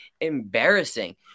embarrassing